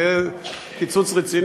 זה קיצוץ רציני.